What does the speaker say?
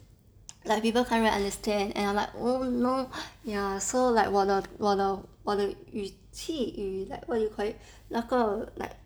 like people can't really understand and I'm like oh no ya so like 我的我的我的语气 what do you call it 那个 like